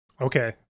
Okay